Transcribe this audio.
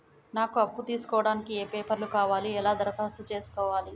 నాకు అప్పు తీసుకోవడానికి ఏ పేపర్లు కావాలి ఎలా దరఖాస్తు చేసుకోవాలి?